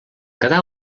quedà